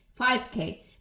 5K